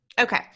okay